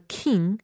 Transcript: king